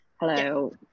hello